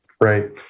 right